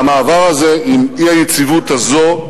והמעבר הזה, עם האי-יציבות הזאת,